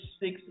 six